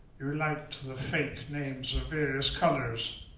you liked the fake names of various colors,